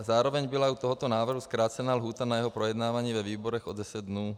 Zároveň byla u tohoto návrhu zkrácena lhůta na jeho projednávání ve výborech o deset dnů.